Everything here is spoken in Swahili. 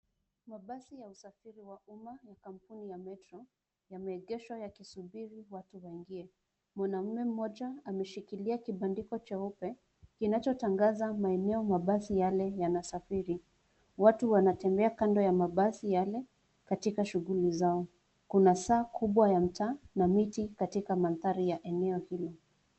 Mabasi ya usafiri wa uma ya kampuni ya metro, yameegeshwa yakisubiri watu waingie. Mwanaume mmoja ameshikilia kibandiko cheupe, kinachotangaza maeneo mabasi yale yanasafiri. Watu wanatembea kando ya mabasi yale, katika shughuli zao. Kuna saa kubwa ya mtaa, na miti katika mandhari ya eneo hilo.